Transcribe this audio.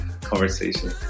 conversation